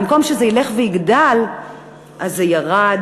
במקום שזה ילך ויגדל זה ירד